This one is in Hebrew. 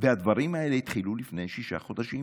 והדברים האלה התחילו לפני שישה חודשים,